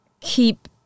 keep